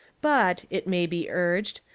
but, it may be urged,